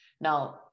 Now